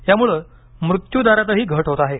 यामुळे मृत्यू दरातही घट होत आहे